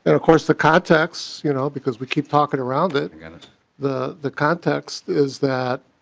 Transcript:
and of course the context you know because we keep talking around it and it the the context is that